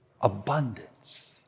abundance